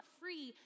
free